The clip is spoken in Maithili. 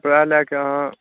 कपड़ा लयके अहाँ